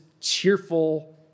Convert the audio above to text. cheerful